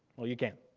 well, you can.